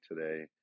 today